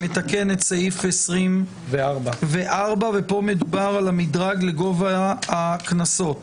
שמתקן את סעיף 24. ופה מדובר על המדרג לגובה הקנסות.